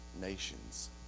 nations